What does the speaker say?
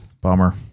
bummer